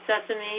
sesame